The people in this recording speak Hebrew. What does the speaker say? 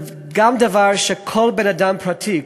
זה גם דבר שכל בן-אדם פרטי,